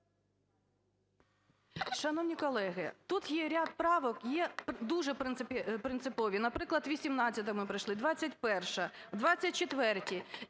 Шановні колеги, тут є ряд правок, є дуже принципові. Наприклад 18-а, ми пройшли, 21-а, 24-а